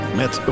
met